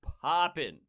popping